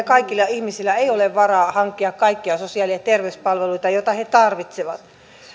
kaikilla ihmisillä ei ole varaa hankkia kaikkia sosiaali ja terveyspalveluita joita he tarvitsevat